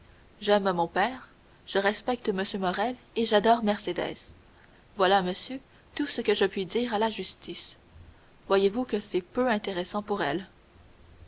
j'aime mon père je respecte m morrel et j'adore mercédès voilà monsieur tout ce que je puis dire à la justice vous voyez que c'est peu intéressant pour elle